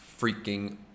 freaking